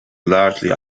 largely